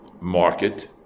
market